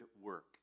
work